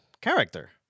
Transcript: character